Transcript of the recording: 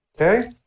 okay